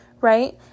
right